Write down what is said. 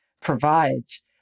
provides